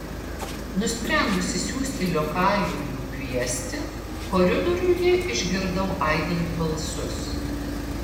nusprendusi siųsti liokajų jų kviesti koridoriuje išgirdau aidint balsus